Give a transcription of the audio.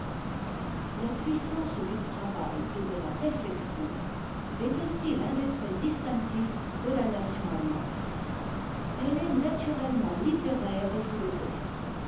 la puissance du travail et de la réflexion est aussi l'un des traits distinctifs de la nation allemande elle est naturellement littéraire et philosophique